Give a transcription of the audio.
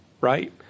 right